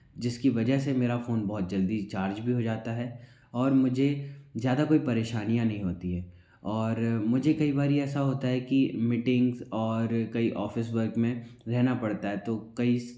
जिसकी वजह से मेरा फ़ोन बहुत जल्दी चार्ज भी हो जाता है और मुझे ज़्यादा कोई परेशानियाँ हैं नहीं होती हैं और मुझे कई बार ऐसा होता है कि मीटिंग्स और कई ऑफ़िस वर्क में रहना पड़ता है तो कई